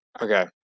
Okay